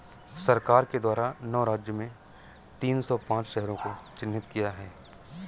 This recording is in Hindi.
सरकार के द्वारा नौ राज्य में तीन सौ पांच शहरों को चिह्नित किया है